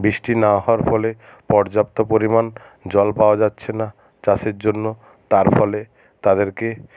বৃষ্টি না হওয়ার ফলে পর্যাপ্ত পরিমাণ জল পাওয়া যাচ্ছে না চাষের জন্য তার ফলে তাদেরকে